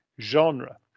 genre